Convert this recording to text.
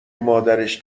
مادرش